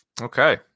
Okay